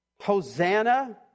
hosanna